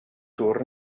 tour